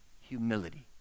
humility